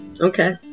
Okay